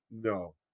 no